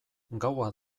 gaua